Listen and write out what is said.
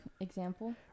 example